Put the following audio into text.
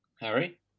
Harry